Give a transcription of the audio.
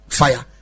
fire